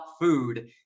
food